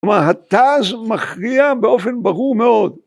כלומר הטז מכריע באופן ברור מאוד.